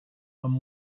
amb